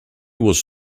was